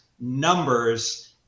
numbers